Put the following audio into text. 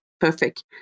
perfect